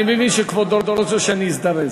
אני מבין שכבודו רוצה שאני אזדרז.